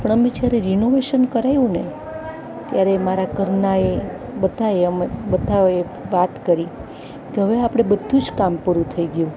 પણ અમે જ્યારે રિનોવેશન કરાવ્યુંને ત્યારે મારા ઘરનાયે બધાયે અમે બધાયે વાત કરી તો હવે આપડે બધું જ કામ પૂરું થઈ ગયું